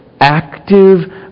active